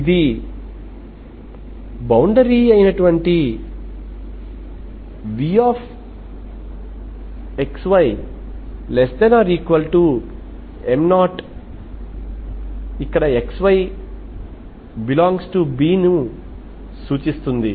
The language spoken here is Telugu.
ఇది బౌండరీvxyM0 xy∈B ను సూచిస్తుంది